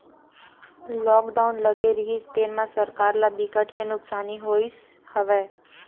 lockdown लगे रिहिस तेन म सरकार ल बिकट के नुकसानी होइस हवय